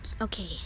okay